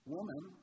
Woman